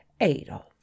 adolf